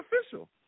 official